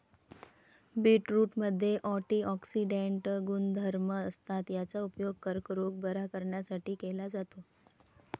बीटरूटमध्ये अँटिऑक्सिडेंट गुणधर्म असतात, याचा उपयोग कर्करोग बरा करण्यासाठी केला जातो